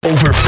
Over